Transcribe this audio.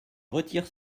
retire